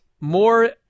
More